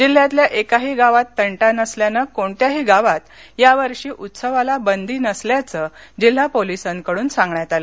जिल्ह्यातल्या एकाही गावात तंटा नसल्यानं कोणत्याही गावात यावर्षी उत्सवाला बंदी नसल्याचं जिल्हा पोलिसांकडून सांगण्यात आलं